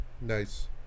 Nice